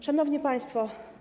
Szanowni Państwo!